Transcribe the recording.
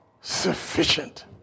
sufficient